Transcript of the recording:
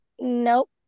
Nope